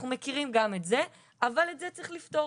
אנחנו מכירים גם את זה אבל את זה צריך לפתור.